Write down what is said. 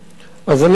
אז אני רוצה,